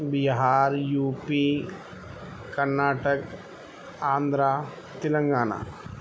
Bihar UP Karnataka Andhra Telangana